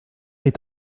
est